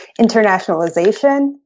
internationalization